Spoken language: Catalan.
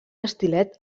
estilet